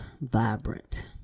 vibrant